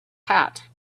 hat